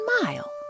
smile